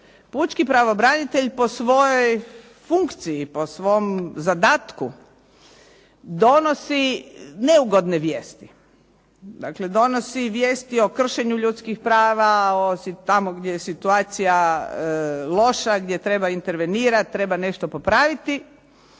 Pučki pravobranitelj po svojoj funkciji, po svom zadatku donosi neugodne vijesti. Dakle, donosi vijesti o kršenju ljudskih prava tamo gdje je situacija loša, gdje treba intervenirati, treba nešto popraviti